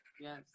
Yes